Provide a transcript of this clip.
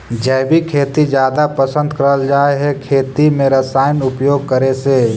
जैविक खेती जादा पसंद करल जा हे खेती में रसायन उपयोग करे से